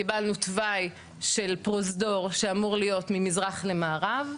קיבלנו תוואי של פרוזדור שאמור להיות ממזרח למערב,